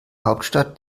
hauptstadt